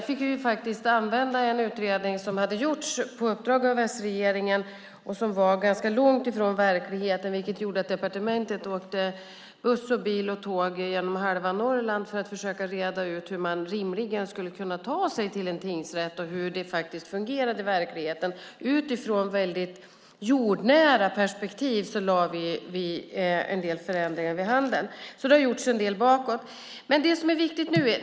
Vi fick använda en utredning som hade gjorts på uppdrag av S-regeringen och som var ganska långt ifrån verkligheten, vilket gjorde att departementet åkte buss och bil och tåg genom halva Norrland för att försöka reda ut hur man rimligen skulle kunna ta sig till en tingsrätt och hur det fungerade i verkligheten. Utifrån ett väldigt jordnära perspektiv gjorde vi en del förändringar. Det har alltså gjorts en del.